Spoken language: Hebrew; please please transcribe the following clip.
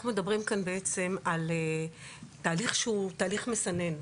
אנחנו מדברים כאן בעצם על תהליך שהוא תהליך מסנן.